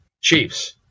Chiefs